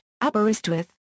Aberystwyth